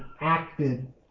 acted